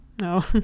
No